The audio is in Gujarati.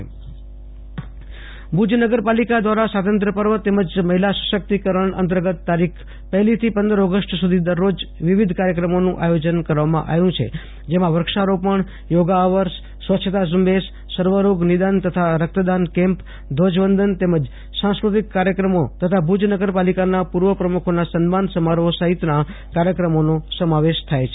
આશુતોષ અંતાણી ભુજ નગરપાલિકા ભુજ નગર પાલિકા દ્વારા સ્વાતંત્ર્ય પર્વ તેમજ મહિલા સશક્તિકરણ અંતર્ગત તારીખ પહેલી થી પંદર ઓગસ્ટ સુધી દરરોજ વિવિધ કાર્યક્રમોનું આયોજન કરવામાં આવ્યું છે જેમાં વૃક્ષારોપણ યોગા અવર્સ સ્વચ્છતા ઝુંબેશ સર્વ રોગ નિદાન તથા રક્ત્દ્સન કેમ્પ ધ્વજવંદન તેમજ સંસ્ક્રતિક કાર્યક્રમો તથા ભુજ નગરપાલિકાના પૂર્વ પ્રમુખોના સન્માન સમારોહ સહિતના કાર્યક્રમોનો સમાવેશ કરવામાં આવ્યો છે